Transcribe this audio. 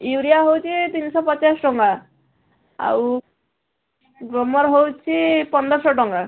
urea ହେଉଛି ତିନିଶହ ପଚାଶ ଟଙ୍କା ଆଉ ଗ୍ରୋମର ହେଉଛି ପନ୍ଦରଶହ ଟଙ୍କା